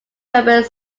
herbert